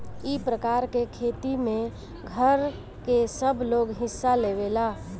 ई प्रकार के खेती में घर के सबलोग हिस्सा लेवेला